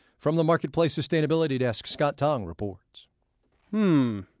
from the marketplace sustainability desk, scott tong reports hmm,